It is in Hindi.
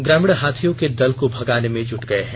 ग्रामीण हाथियों के दल को भगाने मे जुट गए हैं